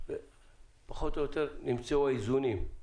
ופחות או יותר נמצאו האיזונים.